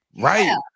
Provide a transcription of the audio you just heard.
Right